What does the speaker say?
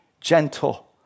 gentle